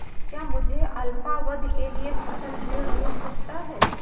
क्या मुझे अल्पावधि के लिए फसल ऋण मिल सकता है?